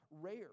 rare